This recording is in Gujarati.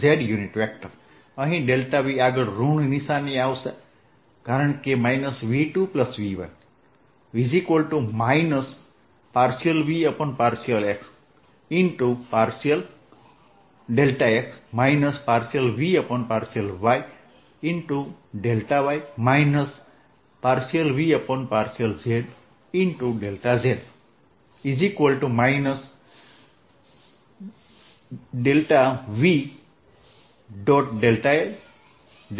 xxyyzz અહિ Vઆગળ ઋણ નિશાની આવશે કારણ કે V2V1 ∂V∂xx ∂V∂yy ∂V∂zz V